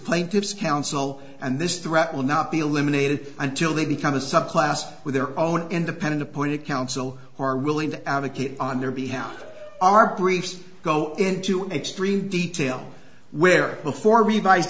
plaintiff's counsel and this threat will not be eliminated until they become a subclass with their own independent appointed counsel who are willing to advocate on their behalf our briefs go into extreme detail where before revised